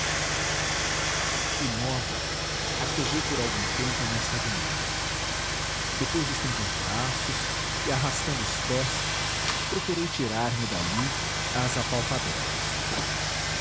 imóvel arquejei por algum tempo nesta agonia depois estendi os braços e arrastando os pés procurei tirar me dali às apalpadelas